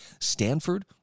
Stanford